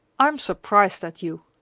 i am surprised at you,